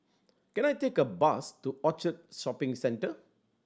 can I take a bus to Orchard Shopping Centre